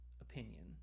opinion